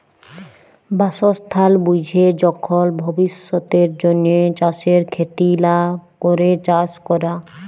বাসস্থাল বুইঝে যখল ভবিষ্যতের জ্যনহে চাষের খ্যতি লা ক্যরে চাষ ক্যরা